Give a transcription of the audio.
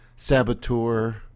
Saboteur